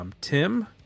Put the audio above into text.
Tim